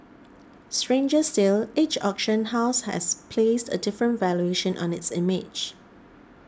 stranger still each auction house has placed a different valuation on its image